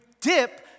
dip